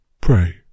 Pray